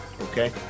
okay